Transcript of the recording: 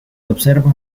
observa